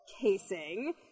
casing